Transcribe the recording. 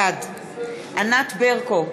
בעד ענת ברקו,